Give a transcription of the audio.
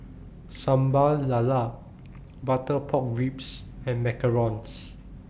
Sambal Lala Butter Pork Ribs and Macarons